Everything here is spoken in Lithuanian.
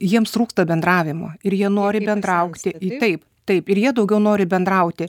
jiems trūksta bendravimo ir jie nori bendrauti taip taip ir jie daugiau nori bendrauti